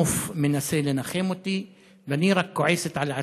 הנוף מנסה לנחם אותי, ואני רק כועסת על עצמי: